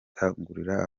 gukangurira